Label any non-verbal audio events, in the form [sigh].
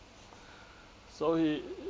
[breath] so he